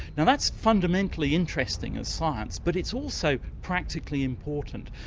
and that's fundamentally interesting as science but it's also practically important.